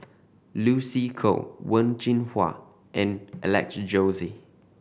Lucy Koh Wen Jinhua and Alex Josey